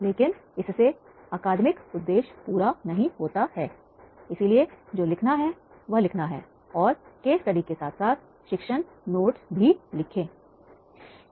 लेकिन वह अकादमिक उद्देश्य पूरा नहीं होता है इसलिए जो लिखना है वह लिखना है और केस स्टडी के साथ साथ शिक्षण नोट्स भी लिखना है